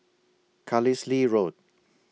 Carlisle Road